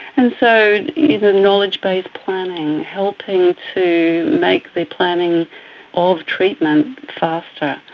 and so you know knowledge-based planning, helping to make the planning of treatment faster.